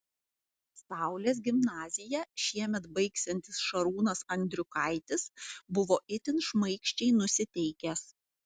saulės gimnaziją šiemet baigsiantis šarūnas andriukaitis buvo itin šmaikščiai nusiteikęs